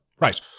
Right